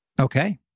Okay